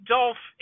Dolph